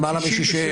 למעלה מ-60.